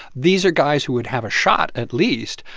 these are guys who would have a shot, at least,